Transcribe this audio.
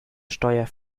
steuer